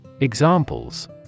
Examples